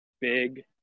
big